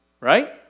right